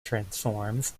transforms